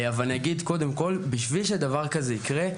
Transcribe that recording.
אבל בשביל שדבר כזה יקרה,